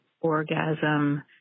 orgasm